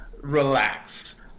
Relax